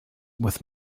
with